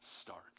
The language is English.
stark